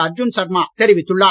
அர்ஜுன் சர்மா தெரிவித்துள்ளார்